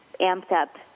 amped-up